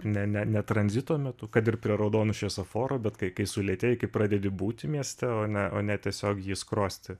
ne ne ne tranzito metu kad ir prie raudono šviesoforo bet kai kai sulėtėji kai pradedi būti mieste o ne o ne tiesiog jį skrosti